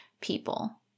people